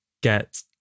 get